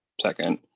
second